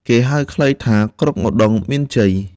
គេហៅខ្លីថា " ក្រុងឧត្តុង្គមានជ័យ " ។